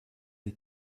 est